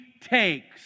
takes